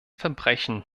verbrechen